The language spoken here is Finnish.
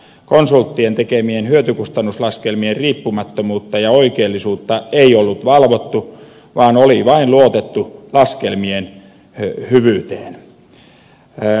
konsulttien tekemien hyötykustannus laskelmien riippumattomuutta ja oikeellisuutta ei ollut valvottu vaan oli vain luotettu laskelmien hyvyyteen